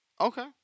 Okay